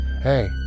Hey